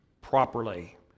properly